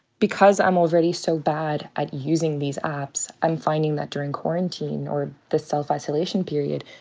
because i'm already so bad at using these apps, i'm finding that during quarantine or the self-isolation period,